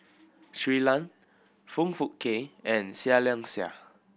Shui Lan Foong Fook Kay and Seah Liang Seah